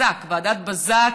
ועדת בזק,